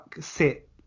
sit